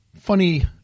funny